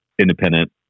independent